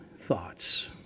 thoughts